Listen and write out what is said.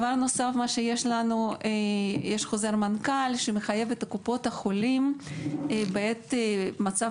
יש חוזר מנכ"ל שמחייב את קופות החולים בעת מצב